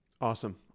Awesome